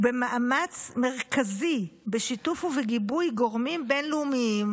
במאמץ מרכזי בשיתוף ובגיבוי גורמים בין-לאומיים,